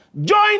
Join